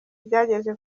byageze